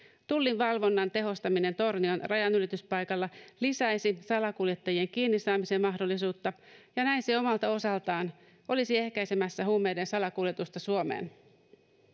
tullin valvonnan tehostaminen tornion rajanylityspaikalla lisäisi salakuljettajien kiinni saamisen mahdollisuutta ja näin se omalta osaltaan olisi ehkäisemässä huumeiden salakuljetusta suomeen